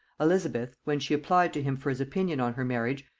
elizabeth, when she applied to him for his opinion on her marriage,